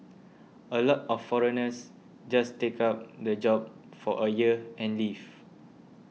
a lot of foreigners just take up the job for a year and leave